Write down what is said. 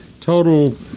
total